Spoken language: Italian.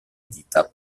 dita